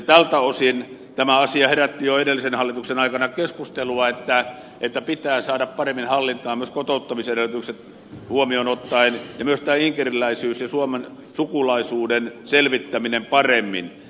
tältä osin tämä asia herätti jo edellisen hallituksen aikana keskustelua että pitää saada paremmin hallintaan myös kotouttamisedellytykset huomioon ottaen myös tämän inkeriläisyyden ja suomen sukulaisuuden selvittämisen paremmin